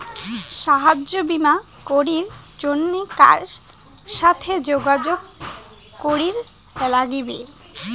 স্বাস্থ্য বিমা করির জন্যে কার সাথে যোগাযোগ করির নাগিবে?